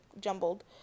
jumbled